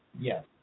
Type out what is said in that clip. yes